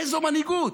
איזו מנהיגות.